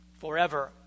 forever